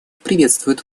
приветствует